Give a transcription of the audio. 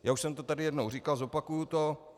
Já už jsem to tady jednou říkal, zopakuji to.